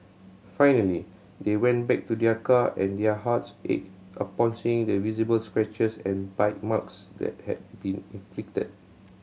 finally they went back to their car and their hearts ached upon seeing the visible scratches and bite marks that had been inflicted